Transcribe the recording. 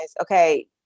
okay